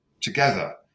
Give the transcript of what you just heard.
together